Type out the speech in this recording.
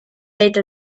made